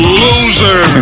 loser